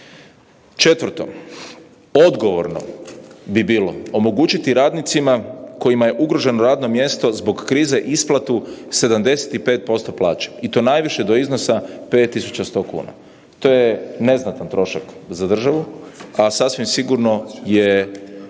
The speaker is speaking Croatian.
4. odgovorno bi bilo omogućiti radnicima kojima je ugroženo radno mjesto zbog krize isplatu 75% iznosa plaće i to najviše do iznosa 5.100 kuna, to je neznatan trošak za državu, a sasvim sigurno je